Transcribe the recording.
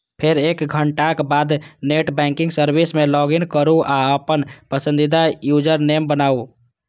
फेर एक घंटाक बाद नेट बैंकिंग सर्विस मे लॉगइन करू आ अपन पसंदीदा यूजरनेम बनाउ